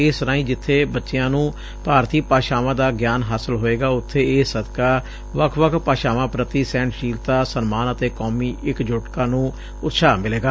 ਇਸ ਰਾਹੀ ਜਿੱਬੇ ਬੱਚਿਆਂ ਨੂੰ ਭਾਰਤੀ ਭਾਸ਼ਾਵਾਂ ਦਾ ਗਿਆਨ ਹਾਸਲ ਹੋਏਗਾ ਉਬੇ ਇਸ ਸਦਕਾ ਵੱਖ ਵੱਖ ਭਾਸ਼ਾਵਾਂ ਪ੍ਰਤੀ ਸਹਿਣਸ਼ੀਲਤਾ ਸਨਮਾਨ ਅਤੇ ਕੌਮੀ ਇਕਜੁਟਤਾ ਨੂੰ ਉਤਸ਼ਾਹ ਮਿਲੇਗਾ